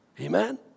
Amen